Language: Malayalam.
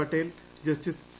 പട്ടേൽ ജസ്റ്റിസ്ക് സി